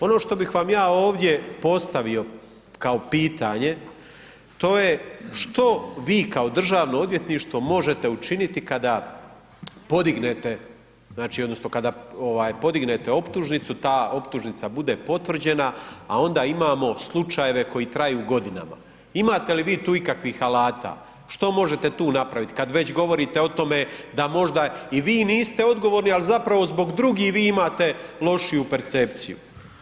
Ono što bih vam ja ovdje postavio kao pitanje, to je što vi kao Državno odvjetništvo možete učiniti kada podignete odnosno kada podignete optužnicu ta optužnica bude potvrđena, a onda imamo slučajeve koji traju godinama, imate li vi tu ikakvih alata, što možete tu napraviti kad već govorite o tome da možda i vi niste odgovorni, ali zapravo zbog drugih vi imate lošiju percepciju?